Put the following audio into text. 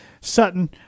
Sutton